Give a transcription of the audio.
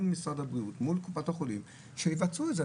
משרד הבריאות ומול קופות החולים כדי שיבצעו את זה.